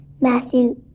Matthew